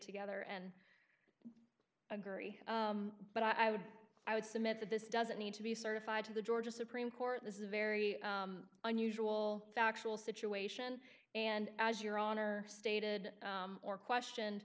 together and agree but i would i would submit that this doesn't need to be certified to the georgia supreme court this is a very unusual factual situation and as your honor stated or questioned